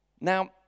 Now